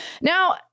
Now